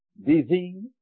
Disease